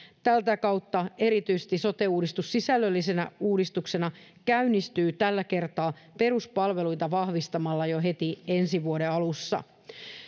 tätä kautta erityisesti sote uudistus sisällöllisenä uudistuksena käynnistyy tällä kertaa peruspalveluita vahvistamalla jo heti ensi vuoden alussa